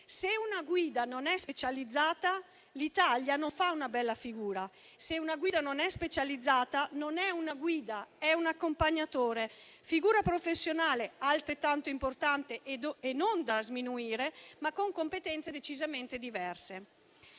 Se una guida non è specializzata, l'Italia non fa una bella figura; se una guida non è specializzata, non è una guida: è un accompagnatore, figura professionale altrettanto importante e non da sminuire, ma con competenze decisamente diverse.